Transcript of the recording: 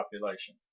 population